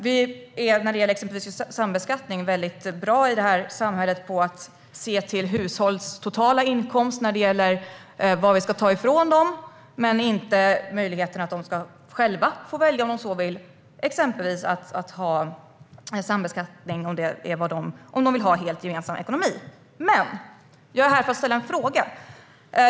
Vi är när det exempelvis gäller sambeskattning i det här samhället väldigt bra på att se till hushålls totala inkomst när det gäller vad vi ska ta ifrån dem men inte till att de själva om de så vill ska få möjlighet att få välja att ha sambeskattning om de vill ha helt gemensam ekonomi. Jag är här för att ställa en fråga.